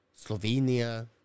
Slovenia